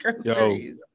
groceries